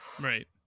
right